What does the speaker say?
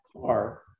car